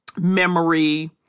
memory